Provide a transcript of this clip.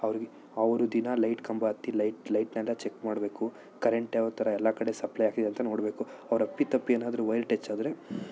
ಅವ್ರಿಗೆ ಅವರು ದಿನ ಲೈಟ್ ಕಂಬ ಹತ್ತಿ ಲೈಟ್ ಲೈಟ್ನೆಲ್ಲ ಚೆಕ್ ಮಾಡಬೇಕು ಕರೆಂಟ್ ಯಾವ ಥರ ಎಲ್ಲ ಕಡೆ ಸಪ್ಲೈ ಆಗಿದೆಯ ಅಂತ ನೋಡಬೇಕು ಅವರು ಅಪ್ಪಿ ತಪ್ಪಿ ಏನಾದ್ರೂ ವೈರ್ ಟಚ್ ಆದರೆ